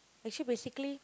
actually basically